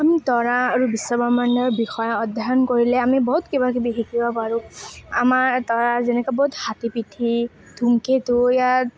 আমি তৰা আৰু বিশ্বব্ৰক্ষ্মাণ্ডৰ বিষয়ে অধ্যয়ন কৰিলে আমি বহুত কিবা কিবি শিকিব পাৰোঁ আমাৰ তৰা যেনেকৈ হাতীপটি ধুমকেতু